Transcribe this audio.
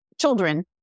children